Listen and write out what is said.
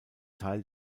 teil